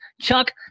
Chuck